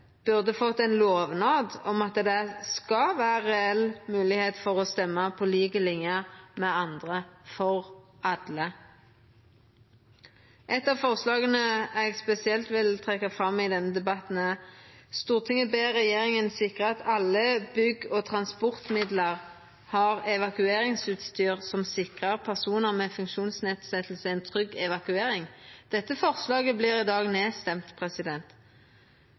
burde fått ein lovnad om at det skal vera ei reell moglegheit for alle å kunna stemma på lik linje med andre. Eit av forslaga eg spesielt vil trekkja fram i denne debatten, er: «Stortinget ber regjeringen sikre at alle bygg og transportmidler har evakueringsutstyr som sikrer personer med funksjonsnedsettelse en trygg evakuering.» Dette forslaget vert i dag nedstemt.